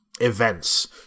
events